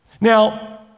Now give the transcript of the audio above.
Now